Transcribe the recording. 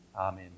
Amen